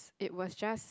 it was just